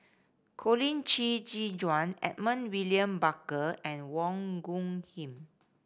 Colin Qi Zhe Quan Edmund William Barker and Wong Khim